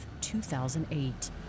2008